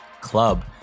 club